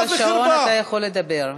אני עוצרת את השעון, אתה יכול לדבר.